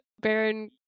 Baron